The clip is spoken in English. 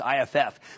IFF